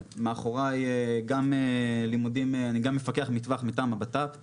אני גם מפקח מטווח מטעם המשרד לביטחון